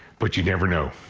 but you never know.